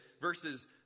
verses